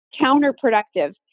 counterproductive